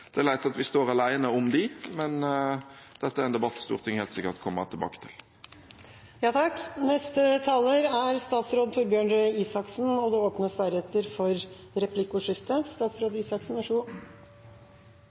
det er leit at vi er alene om dem, men dette er en debatt Stortinget helt sikkert kommer tilbake til.